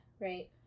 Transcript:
Right